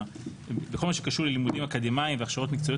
בכל מה שקשור ללימודים אקדמיים והכשרות מקצועיות,